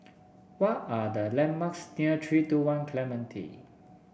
what are the landmarks near three two One Clementi